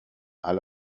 علی